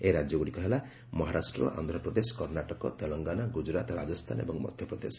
ଏହି ରାଜ୍ୟଗ୍ରଡ଼ିକ ହେଲା ମହାରାଷ୍ଟ୍ର ଆନ୍ଧ୍ରପ୍ରଦେଶ କର୍ଷାଟକ ତେଲଙ୍ଗାନା ଗୁଳୁରାତ୍ ରାଜସ୍ଥାନ ଏବଂ ମଧ୍ୟପ୍ରଦେଶ